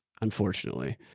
unfortunately